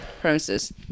premises